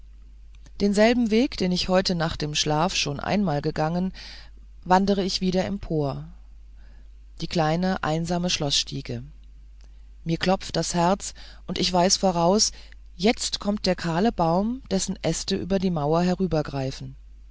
denselben weg den ich heute nacht im schlaf schon einmal gegangen wandere ich wieder empor die kleine einsame schloßstiege mir klopft das herz und ich weiß voraus jetzt kommt der kahle baum dessen äste über die mauer